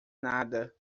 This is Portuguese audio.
nada